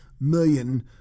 million